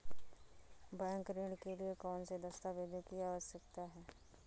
Bank ऋण के लिए कौन से दस्तावेजों की आवश्यकता है?